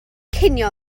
cinio